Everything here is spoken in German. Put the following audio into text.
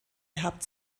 gehabt